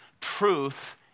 truth